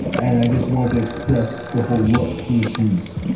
and i just wanted to express the whole look for shoes.